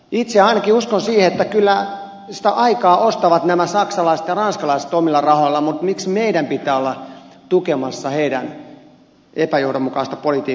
itse ainakin uskon siihen että kyllä sitä aikaa ostavat nämä saksalaiset ja ranskalaiset omilla rahoillaan mutta miksi meidän pitää olla tukemassa heidän epäjohdonmukaista politiikkaansa